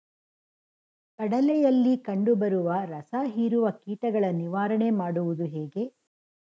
ಕಡಲೆಯಲ್ಲಿ ಕಂಡುಬರುವ ರಸಹೀರುವ ಕೀಟಗಳ ನಿವಾರಣೆ ಮಾಡುವುದು ಹೇಗೆ?